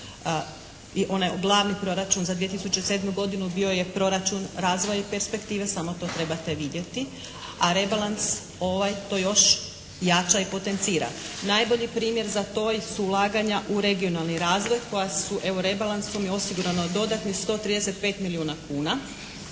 onaj glavni proračun za 2007. godinu bio je proračun razvoja i perspektive, samo to trebate vidjeti. A rebalans ovaj to još jača i potencira. Najbolji primjer za to su ulaganja u regionalni razvoj koja su evo rebalansom je osigurano dodatnih 135 milijuna kuna.